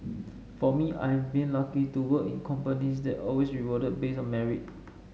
for me I have been lucky to work in companies that always rewarded base on merit